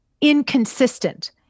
inconsistent